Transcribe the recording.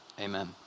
Amen